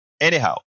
anyhow